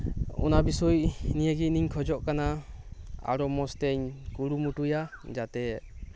ᱚᱱᱟ ᱵᱤᱥᱚᱭ ᱱᱤᱭᱮᱜᱮ ᱤᱧᱤᱧ ᱠᱷᱚᱡᱚᱜ ᱠᱟᱱᱟ ᱟᱨᱚ ᱢᱚᱪᱛᱮᱧ ᱠᱩᱨᱩᱢᱩᱴᱩᱭᱟ ᱡᱟᱛᱮ